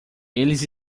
eles